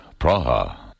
Praha